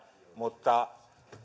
mutta